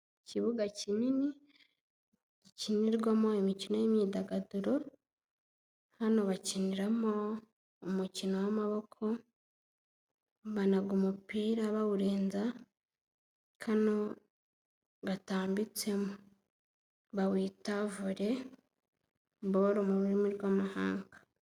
Ikibuga kinini gikinirwamo imikino n'imyidagaduro. Hano bakiniramo umukino w'amaboko banaga umupira bawurenza kano gatambitsemo. Bawita vore boro mu rurimi rw'amahanga.